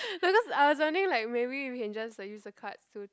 because I was wondering like maybe we can just like use the cards to